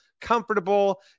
comfortable